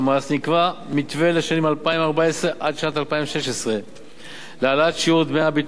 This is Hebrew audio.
נקבע מתווה לשנים 2014 2016 להעלאת שיעור דמי הביטוח הלאומי